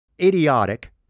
idiotic